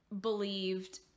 believed